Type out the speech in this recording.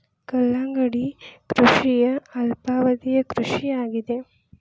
ಕಲ್ಲಂಗಡಿ ಕೃಷಿಯ ಅಲ್ಪಾವಧಿ ಕೃಷಿ ಆಗಿದೆ